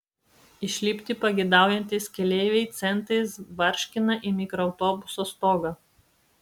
išlipti pageidaujantys keleiviai centais barškina į mikroautobuso stogą